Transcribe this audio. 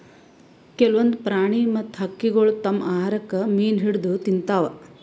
ಕೆಲ್ವನ್ದ್ ಪ್ರಾಣಿ ಮತ್ತ್ ಹಕ್ಕಿಗೊಳ್ ತಮ್ಮ್ ಆಹಾರಕ್ಕ್ ಮೀನ್ ಹಿಡದ್ದ್ ತಿಂತಾವ್